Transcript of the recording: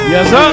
Yes